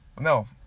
No